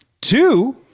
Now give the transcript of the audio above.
two